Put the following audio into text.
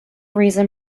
reason